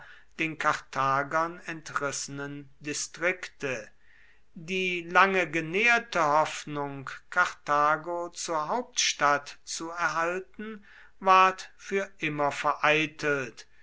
den karthagern entrissenen distrikte die lange genährte hoffnung karthago zur hauptstadt zu erhalten ward für immer vereitelt